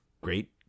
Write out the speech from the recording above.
great